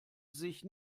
sich